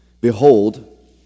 Behold